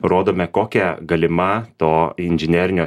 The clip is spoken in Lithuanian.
rodome kokia galima to inžinerinio